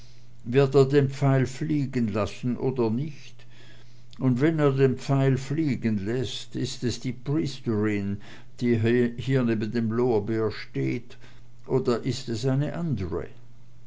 wird er den pfeil fliegen lassen oder nicht und wenn er den pfeil fliegen läßt ist es die priesterin die hier neben dem lorbeer steht oder ist es eine andre